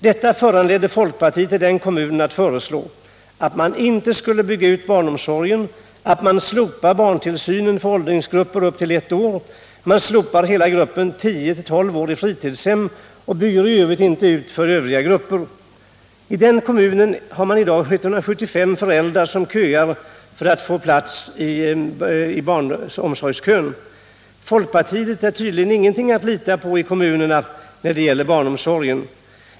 Detta föranledde folkpartiet i den kommunen att föreslå att man inte skulle bygga ut barnomsorgen och att man skulle slopa barntillsynen helt för åldersgruppen upp till ett år. Man skulle slopa hela gruppen 10-12 år i fritidshem och i övrigt inte bygga ut för övriga grupper. I den kommunen har man i dag 175 föräldrar som köar för att få en plats inom barnomsorgen. Folkpartiet är tydligen ingenting att lita på i kommunerna när det gäller barnomsorgen.